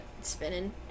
spinning